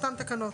תקנות.